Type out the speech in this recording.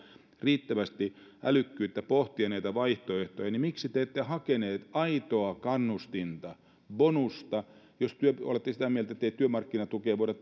riittävästi älykkyyttä pohtia vaihtoehtoja niin miksi te ette hakenut aitoa kannustinta bonusta jos olette sitä mieltä ettei työmarkkinatukeen voida